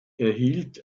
erhielt